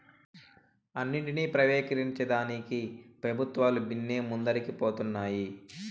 అన్నింటినీ ప్రైవేటీకరించేదానికి పెబుత్వాలు బిన్నే ముందరికి పోతన్నాయి